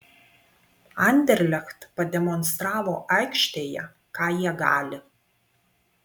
anderlecht pademonstravo aikštėje ką jie gali